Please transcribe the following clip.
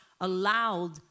allowed